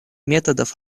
методов